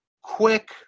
quick